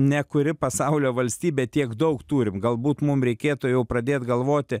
ne kuri pasaulio valstybė tiek daug turim galbūt mum reikėtų jau pradėt galvoti